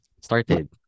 started